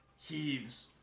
heaves